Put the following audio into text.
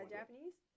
Japanese